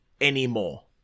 anymore